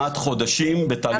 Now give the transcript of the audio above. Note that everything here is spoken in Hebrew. לעומת חודשים בתהליך מכרזי.